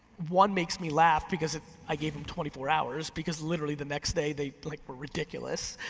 one makes me laugh because i gave him twenty four hours, because literally the next day they like ridiculous.